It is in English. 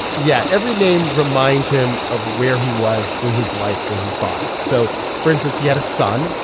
yeah, every name reminds him of where he was in his life when he bought it. so for instance, he had a son,